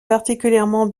particulièrement